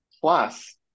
plus